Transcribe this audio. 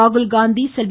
Rahul Gandhi Selvi